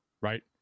right